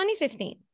2015